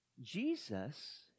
Jesus